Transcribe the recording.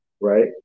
right